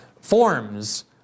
forms